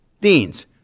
deans